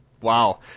Wow